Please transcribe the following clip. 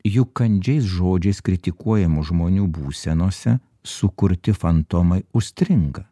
juk kandžiais žodžiais kritikuojamų žmonių būsenose sukurti fantomai užstringa